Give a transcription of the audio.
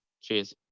Cheers